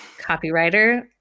copywriter